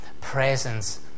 presence